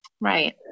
Right